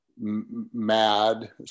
mad